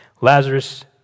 Lazarus